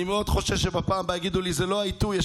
אני מאוד חושש שבפעם הבאה יגידו לי: זה לא העיתוי,